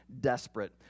desperate